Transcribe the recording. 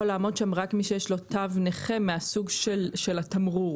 לעמוד שם מי שיש לו תו נכה מהסוג של התמרור.